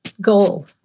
goal